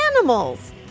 animals